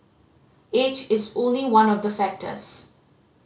age is only one of the factors